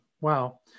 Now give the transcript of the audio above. Wow